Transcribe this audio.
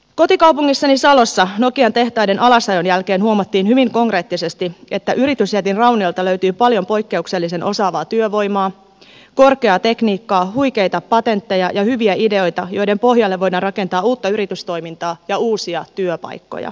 kotikaupungissani salossa nokian tehtaiden alasajon jälkeen huomattiin hyvin konkreettisesti että yritysjätin raunioilta löytyy paljon poikkeuksellisen osaavaa työvoimaa korkeaa tekniikkaa huikeita patentteja ja hyviä ideoita joiden pohjalle voidaan rakentaa uutta yritystoimintaa ja uusia työpaikkoja